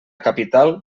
capital